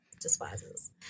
despises